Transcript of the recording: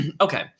Okay